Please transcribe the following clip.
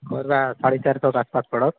बोरा साढ़े चारि सौ के आसपास परत